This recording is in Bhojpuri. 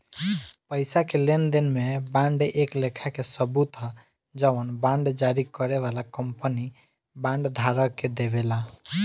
पईसा के लेनदेन में बांड एक लेखा के सबूत ह जवन बांड जारी करे वाला कंपनी बांड धारक के देवेला